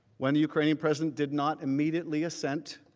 when the ukrainian president did not immediately ascent,